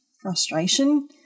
frustration